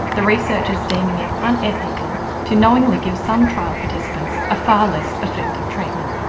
the researchers deeming it unethical to knowingly give some trial participants a far less effective treatment.